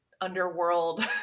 underworld